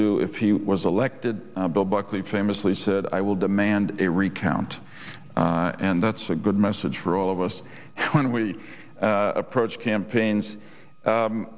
do if he was elected bill buckley famously said i will demand a recount and that's a good message for all of us when we approach campaigns